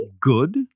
Good